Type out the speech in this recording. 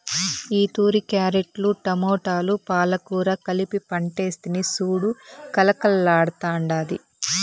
ఈతూరి క్యారెట్లు, టమోటాలు, పాలకూర కలిపి పంటేస్తిని సూడు కలకల్లాడ్తాండాది